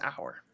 hour